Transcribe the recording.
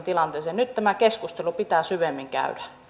nyt tämä keskustelu pitää syvemmin käydä